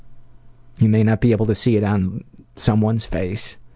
you may not be able to see it on someone's face,